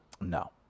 No